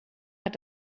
hat